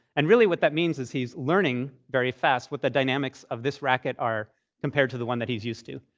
and really what that means is he's learning very fast what the dynamics of this racket are compared to the one that he's used to.